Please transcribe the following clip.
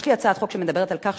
יש לי הצעת חוק שמדברת על כך.